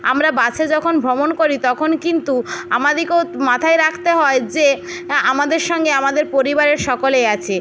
আমরা বাসে যখন ভ্রমণ করি তখন কিন্তু আমাদেরকেও মাথায় রাখতে হয় যে আমাদের সঙ্গে আমাদের পরিবারের সকলেই আছে